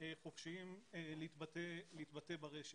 חופשיים להתבטא ברשת.